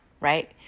right